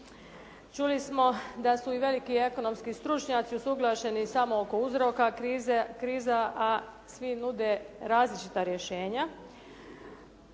Čuli smo da su i veliki ekonomski stručnjaci usuglašeni samo oko uzroka kriza, a svi nude različita rješenja.